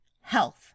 health